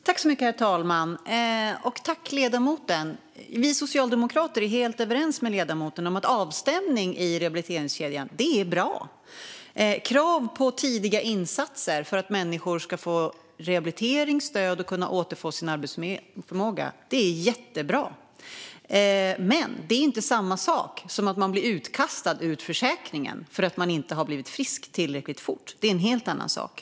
Herr talman! Vi socialdemokrater är helt överens med ledamoten om att avstämning i rehabiliteringskedjan är bra. Krav på tidiga insatser för att människor ska få rehabilitering och stöd och kunna återfå sin arbetsförmåga är jättebra. Men det är inte samma sak som att man blir utkastad ur försäkringen för att man inte blivit frisk tillräckligt fort. Det är en helt annan sak.